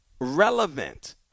relevant